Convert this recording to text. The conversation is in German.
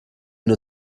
nur